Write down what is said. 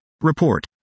Report